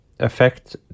affect